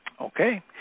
Okay